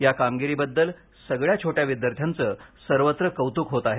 या कामगिरीबद्दल सगळ्या छोट्या विद्यार्थ्यांचं सर्वत्र कौतूक होत आहे